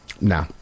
No